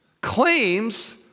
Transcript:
claims